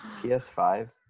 PS5